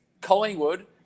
Collingwood